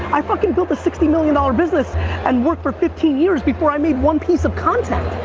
i fucking built this sixty million dollars business and worked for fifteen years before i mean one piece of content.